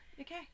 Okay